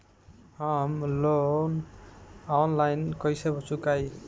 हम loan online कइसे चुकाई?